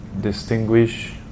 distinguish